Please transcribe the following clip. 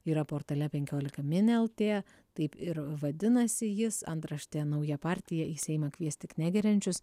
yra portale penkiolika min lt taip ir vadinasi jis antraštė nauja partija į seimą kvies tik negeriančius